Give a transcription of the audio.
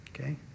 Okay